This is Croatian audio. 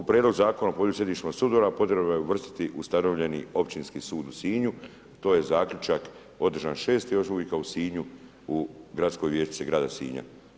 U prijedlog zakona o području središnjih sudova, potrebno je uvrstiti ustanovljeni općinski sud u Sinju, to je zaključak održan 6. ožujka u Sinju u gradskoj vijećnici grada Sinja.